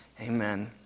Amen